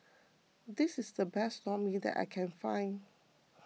this is the best Lor Mee that I can find